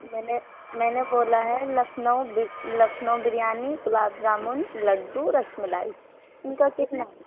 میں نے میں نے بولا ہے لکھنو لکھنو بریانی گلاب جامن لڈو رس ملائی ان کا کتنا